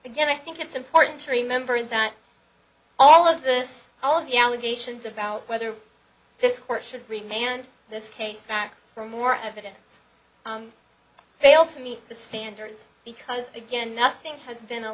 again i think it's important to remember that all of this all of the allegations about whether this court should remain and this case back for more evidence failed to meet the standards because again nothing has been a